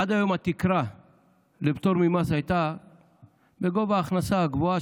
עד היום התקרה לפטור ממס הייתה בגובה ההכנסה הגבוהה,